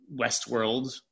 Westworld